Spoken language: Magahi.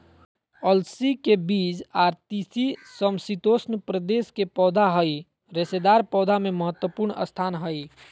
अलसी के बीज आर तीसी समशितोष्ण प्रदेश के पौधा हई रेशेदार पौधा मे महत्वपूर्ण स्थान हई